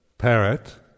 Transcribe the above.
parrot